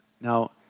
Now